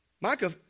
Micah